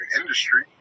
industry